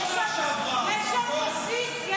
לא בשנה שעברה.